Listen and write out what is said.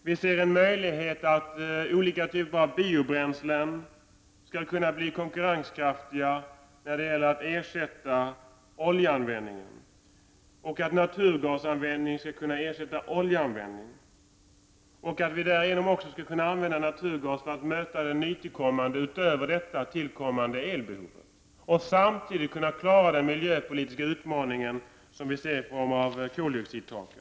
Vi ser en möjlighet att olika typer av biobränslen skall kunna bli konkurrenskraftiga när det gäller att ersätta oljeanvändningen och att naturgas skall kunna ersätta olja. Därigenom kan vi använda naturgas för att möta det nytillkommande elbehovet, samtidigt som vi kan klara den miljöpolitiska utmaning som vi ser i form av koldioxidtaket.